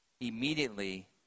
Immediately